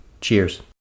Cheers